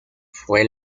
fue